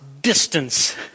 distance